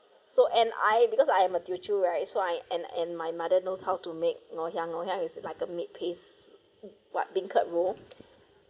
so and I because I am a teochew right so I and and my mother knows how to make ngoh hiang ngoh hiang is like a meat paste what beancurd roll